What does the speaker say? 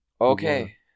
Okay